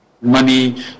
money